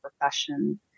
profession